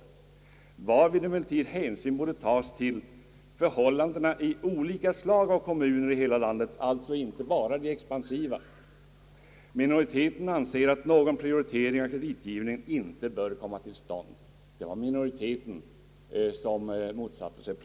Därvid borde emellertid hänsyn tas till förhållandena i olika slag av kommuner i hela landet, alltså inte bara de expansiva. Minoriteten ansåg att nå gon »prioritering av kreditgivningen till vissa kommuner» inte bör komma till stånd. De motsatte sig alltså en sådan.